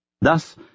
Thus